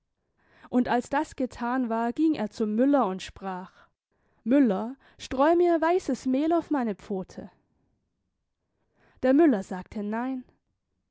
und als das gethan war ging er zum müller und sprach müller streu mir sein weißes mehl auf meine pfote der müller sagte nein